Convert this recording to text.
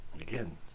Again